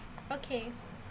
okay